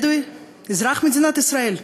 בדואי, אזרח מדינת ישראל,